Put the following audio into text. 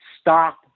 stop